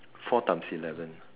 four times eleven